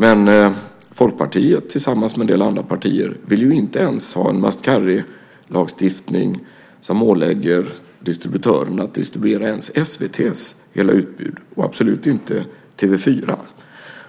Men Folkpartiet tillsammans med en del andra partier vill ju inte ha en must carry lagstiftning som ålägger distributörerna att distribuera ens SVT:s hela utbud och absolut inte TV 4.